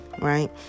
right